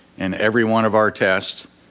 and every one of our tests,